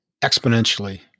exponentially